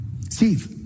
Steve